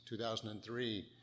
2003